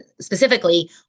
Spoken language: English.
specifically